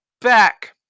back